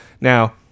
Now